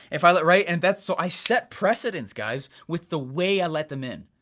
if i let, right, and that's so i set precedents, guys, with the way i let them in.